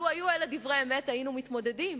לו היו אלה דברי אמת היינו מתמודדים,